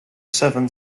severn